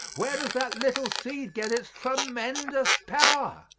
where does that little seed get its tremendous power?